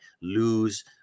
lose